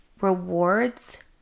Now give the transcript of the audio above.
rewards